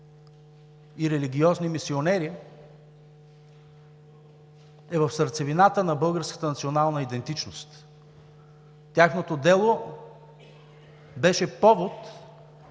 и религиозни мисионери, е в сърцевината на българската национална идентичност. Тяхното дело беше повод